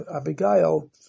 Abigail